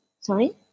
sorry